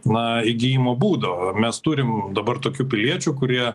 na įgijimo būdo mes turim dabar tokių piliečių kurie